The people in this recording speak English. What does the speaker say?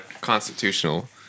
constitutional